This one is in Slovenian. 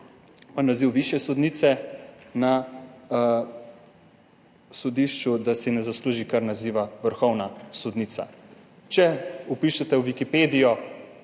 v naziv višje sodnice na sodišču, ne zasluži kar naziva vrhovna sodnica. Če vpišete v Wikipedijo,